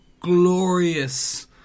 glorious